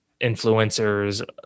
influencers